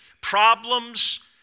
problems